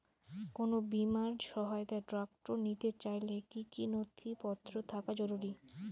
কোন বিমার সহায়তায় ট্রাক্টর নিতে চাইলে কী কী নথিপত্র থাকা জরুরি?